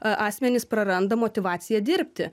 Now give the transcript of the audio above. a asmenys praranda motyvaciją dirbti